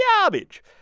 garbage